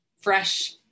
fresh